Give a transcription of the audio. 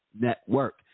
network